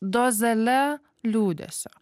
dozele liūdesio